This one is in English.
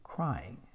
crying